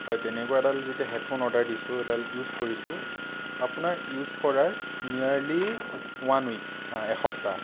হয় তেনেকুৱা এডাল যেতিয়া হেডফোন অৰ্ডাৰ দিছোঁ সেইডাল ইউজ কৰিছোঁ আপোনাৰ ইউজ কৰাৰ নিয়েৰলী ওৱান ৱীক হাঁ এসপ্তাহ